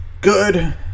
good